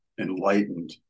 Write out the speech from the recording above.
enlightened